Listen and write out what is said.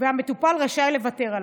והמטופל רשאי לוותר עליו.